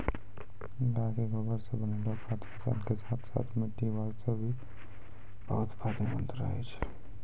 गाय के गोबर सॅ बनैलो खाद फसल के साथॅ साथॅ मिट्टी वास्तॅ भी बहुत फायदेमंद रहै छै